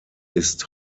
ist